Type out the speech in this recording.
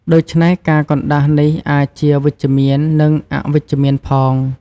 ដូច្នេះ ការកណ្ដាស់នេះអាចជាវិជ្ជមាន និងអវិជ្ជមានផង។